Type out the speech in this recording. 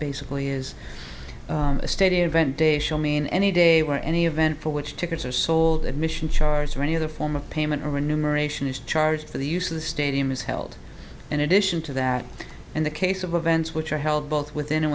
basically is a steady event day shall mean any day where any event for which tickets are sold admission charges or any other form of payment or renumeration is charged for the use of the stadium is held in addition to that in the case of events which are held both within